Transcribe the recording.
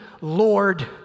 Lord